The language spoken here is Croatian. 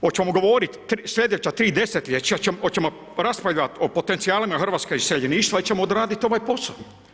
Hoćemo govoriti slijedeća tri desetljeća, hoćemo raspravljati o potencijalima hrvatskog iseljeništva ili ćemo odraditi ovaj posao?